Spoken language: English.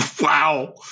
Wow